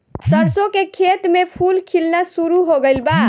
सरसों के खेत में फूल खिलना शुरू हो गइल बा